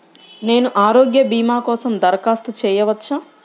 నేను ఆరోగ్య భీమా కోసం దరఖాస్తు చేయవచ్చా?